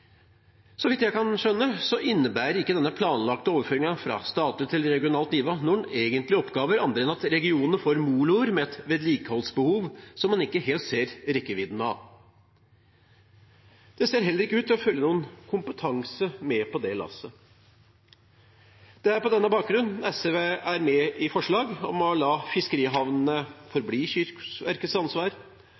Så vidt jeg kan skjønne, innebærer ikke denne planlagte overføringen fra statlig til regionalt nivå noen egentlige oppgaver, annet enn at regionene får moloer med et vedlikeholdsbehov som man ikke helt ser rekkevidden av. Det ser heller ikke ut til å følge noen kompetanse med på det lasset. Det er på denne bakgrunn SV er med på forslag om å la fiskerihavnene forbli Kystverkets ansvar.